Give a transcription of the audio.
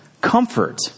comfort